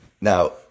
now